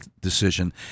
decision